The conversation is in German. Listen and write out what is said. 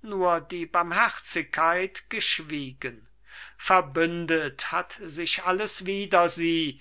nur die barmherzigkeit geschwiegen verbündet hat sich alles wider sie